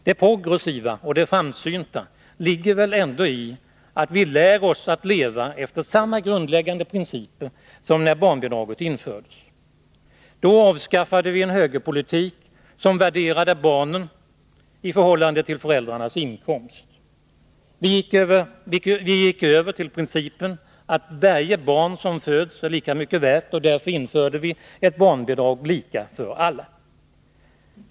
Det progressiva och framsynta ligger väl ändå i att vi lär oss att leva efter samma grundläggande principer som när barnbidraget infördes. Då avskaffade vi en högerpolitik som värderade barnen i förhållande till föräldrarnas inkomster. Vi gick över till principen att varje barn som föds är lika mycket värt, och därför införde vi ett barnbidrag lika för alla.